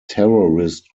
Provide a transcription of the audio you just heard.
terrorist